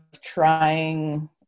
trying